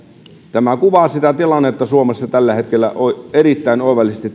tämän keskustelun laatu kuvaa tilannetta suomessa tällä hetkellä erittäin oivallisesti